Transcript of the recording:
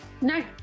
No